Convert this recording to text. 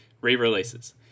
re-releases